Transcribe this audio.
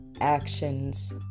actions